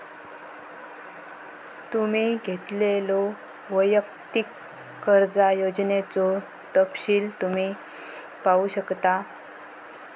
तुम्ही घेतलेल्यो वैयक्तिक कर्जा योजनेचो तपशील तुम्ही पाहू शकता